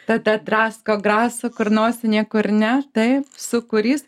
tada drasko graso kur nosį niekur ne taip sūkurys